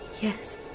Yes